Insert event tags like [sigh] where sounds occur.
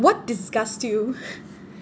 what disgusts you [laughs]